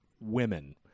women